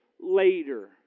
later